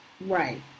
Right